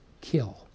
kill